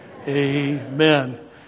Amen